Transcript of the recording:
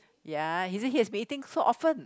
ya he said he has been eating so often